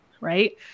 right